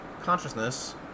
consciousness